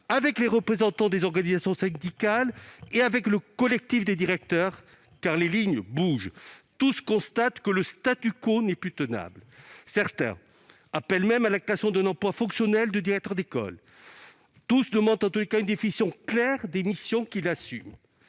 avec les représentants des organisations syndicales et avec le collectif des directeurs, car les lignes bougent. Tous constatent que le n'est plus tenable. Certains appellent même à la création d'un emploi fonctionnel de directeur d'école, et tous demandent une définition claire des missions que ce